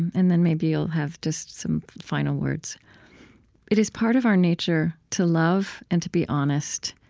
and then maybe you'll have just some final words it is part of our nature to love and to be honest.